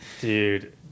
Dude